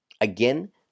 Again